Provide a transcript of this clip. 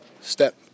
step